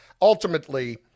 ultimately